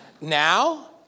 Now